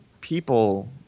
people